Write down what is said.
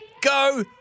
go